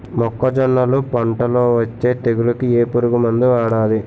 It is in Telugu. మొక్కజొన్నలు పంట లొ వచ్చే తెగులకి ఏ పురుగు మందు వాడతారు?